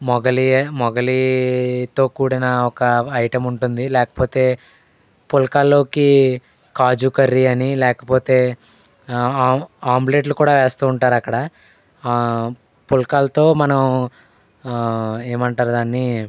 మొగలియే మొగలీ తో కూడిన ఒక ఐటమ్ ఉంటుంది లేకపోతే పుల్కాల్లోకి కాజు కర్రీ అని లేకపోతే ఆమ్ ఆమ్లేట్లు కూడా వేస్తూ ఉంటారు అక్కడా పుల్కాలతో మనం ఏమంటారు దాన్ని